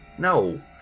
No